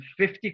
50